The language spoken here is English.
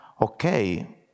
okay